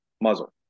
muzzle